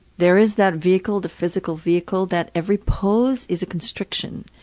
there is that vehicle, the physical vehicle, that every pose is a constriction.